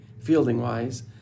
fielding-wise